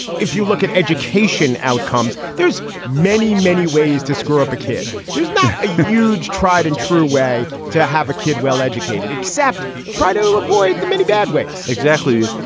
if you look at education outcomes, there's many, many ways to screw up a kid. there's a huge tried and true way to have a kid well educated, except try to avoid the many bad ways exactly.